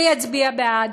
ויצביע בעד,